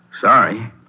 Sorry